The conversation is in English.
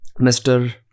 Mr